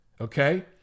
okay